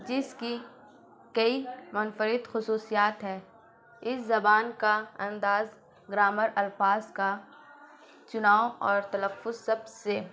جس کی کئی منفرد خصوصیات ہے اس زبان کا انداز گرامر الفاظ کا چناؤ اور تلفظ سب سے